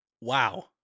wow